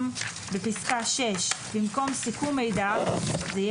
בפסקה (6) במקום "סיכום מידע" זה יהיה